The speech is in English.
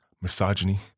misogyny